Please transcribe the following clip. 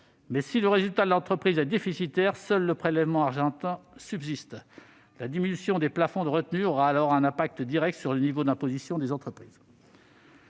Si le résultat de l'entreprise est déficitaire, en revanche, seul le prélèvement argentin subsiste. La diminution des plafonds de retenue aura alors un impact direct sur le niveau d'imposition des entreprises.